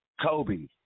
Kobe